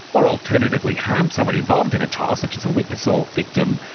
or alternatively harm someone involved in a trial such as a witness or victim,